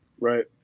Right